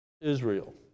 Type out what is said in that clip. Israel